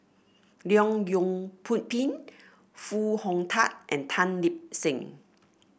Leong Yoon Pu Pin Foo Hong Tatt and Tan Lip Seng